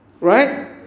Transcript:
Right